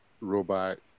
Robot